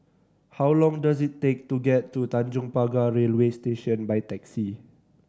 how long does it take to get to Tanjong Pagar Railway Station by taxi